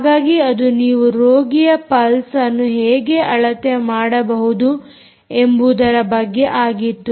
ಹಾಗಾಗಿ ಅದು ನೀವು ರೋಗಿಯ ಪಲ್ಸ್ ಅನ್ನು ಹೇಗೆ ಅಳತೆ ಮಾಡಬಹುದು ಎಂಬುವುದರ ಬಗ್ಗೆ ಆಗಿತ್ತು